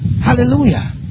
Hallelujah